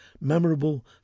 memorable